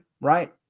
right